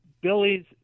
Billy's